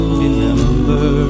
remember